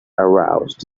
aroused